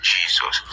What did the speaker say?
Jesus